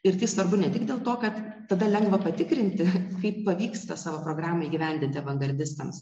ir tai svarbu ne tik dėl to kad tada lengva patikrinti kaip pavyksta savo programą įgyvendinti avangardistams